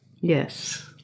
Yes